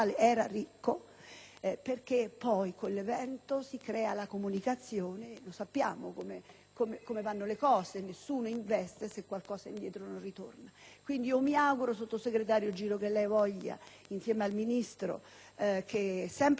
perché con l'evento si crea la comunicazione. Sappiamo come vanno le cose: nessuno investe se non c'è un ritorno. Mi auguro, sottosegretario Giro, che lei voglia, insieme al Ministro, che è sempre stato sensibile